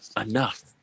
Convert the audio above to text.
enough